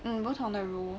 mm 不同的 role